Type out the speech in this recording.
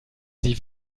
sie